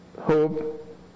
hope